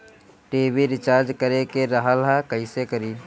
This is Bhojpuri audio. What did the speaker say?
टी.वी रिचार्ज करे के रहल ह कइसे करी?